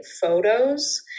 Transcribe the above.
photos